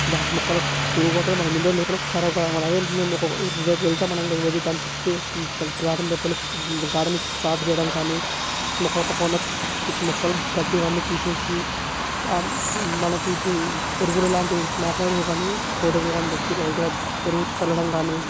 దాని మొక్కలకు పురుగు పట్టడం మనం మినరల్ లేకుండా ఖరాబ్కదన్నమాట అదే మేము రేపు వెళ్తామనగా ఈరోజు దాని చుట్టూ దాని గార్డెన్ రెక్కల చుట్టూ గార్డెన్ సాఫ్ చేయడంకాని మొక్కల పక్కనున్న పిచ్చి పిచ్చి మొక్కలు గడ్డి ఇవన్నీ తీసేసి మనకివీ ఎరువులు లాంటి మేకెరువు కాని కోడెరువు కాని తెచ్చి లైట్గా ఎరువు చల్లడం కాని